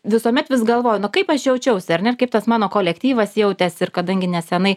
visuomet vis galvoju na kaip aš jaučiausi ar ne ir kaip tas mano kolektyvas jautėsi ir kadangi nesenai